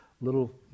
little